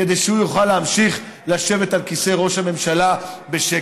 כדי שהוא יוכל להמשיך לשבת על כיסא ראש הממשלה בשקט.